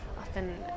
often